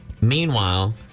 Meanwhile